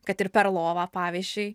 kad ir per lovą pavyzdžiui